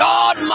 God